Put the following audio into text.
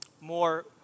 more